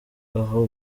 aho